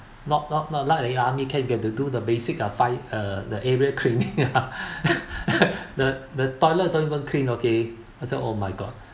not not not like the army camp you have to do the basic uh five uh the area cleaning ah the the toilet don't even clean okay I say oh my god